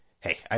Hey